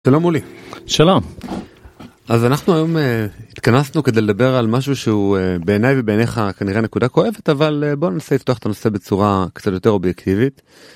שלום מולי שלום אז אנחנו היום התכנסנו כדי לדבר על משהו שהוא בעיניי ובעיניך כנראה נקודה כואבת אבל בוא ננסה לפתוח את הנושא בצורה קצת יותר אובייקטיבית.